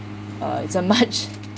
uh it's a much